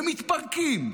ומתפרקים.